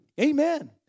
Amen